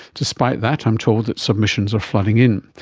despite that, i'm told that submissions are flooding in.